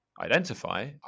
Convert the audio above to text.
identify